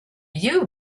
you